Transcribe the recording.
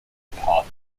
party